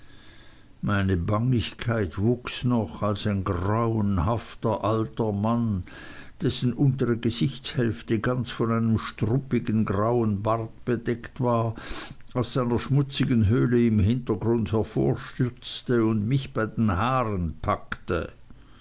meine bangigkeit wuchs noch als ein grauenhafter alter mann dessen untere gesichtshälfte ganz von einem struppigen grauen bart bedeckt war aus einer schmutzigen höhle im hintergrund hervorstürzte und mich bei den haaren packte